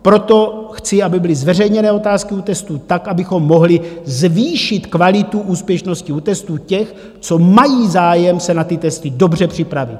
Proto chci, aby byly zveřejněné otázky u testů tak, abychom mohli zvýšit kvalitu úspěšnosti u testů těch, co mají zájem se na ty testy dobře připravit.